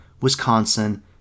Wisconsin